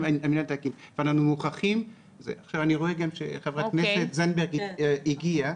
אני רואה שחברת הכנסת זנדברג הגיעה.